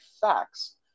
facts